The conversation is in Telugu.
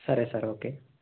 సరే సార్ ఓకే